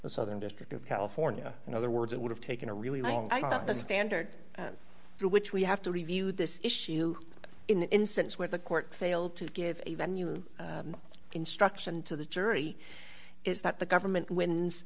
the southern district of california in other words it would have taken a really long time the standard through which we have to review this issue in that instance where the court failed to give a venue an instruction to the jury is that the government wins